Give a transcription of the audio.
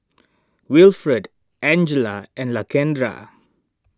Wilfred Angella and Lakendra